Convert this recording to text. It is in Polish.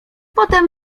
potem